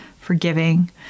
forgiving